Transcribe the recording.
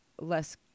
less